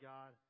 God